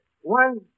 One